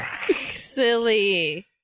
Silly